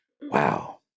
Wow